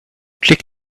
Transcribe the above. click